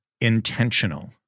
intentional